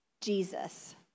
Jesus